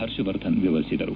ಪರ್ಷವರ್ಧನ್ ವಿವರಿಸಿದರು